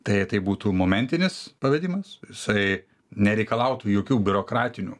tai tai būtų momentinis pavedimas jisai nereikalautų jokių biurokratinių